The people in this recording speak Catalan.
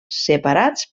separats